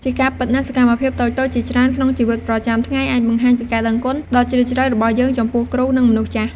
ជាការពិតណាស់ សកម្មភាពតូចៗ ជាច្រើនក្នុងជីវិតប្រចាំថ្ងៃអាចបង្ហាញពីការដឹងគុណដ៏ជ្រាលជ្រៅរបស់យើងចំពោះគ្រូ និងមនុស្សចាស់។